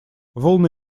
волны